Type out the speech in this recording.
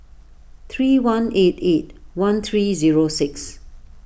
three one eight eight one three zero six